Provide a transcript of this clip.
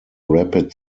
rapid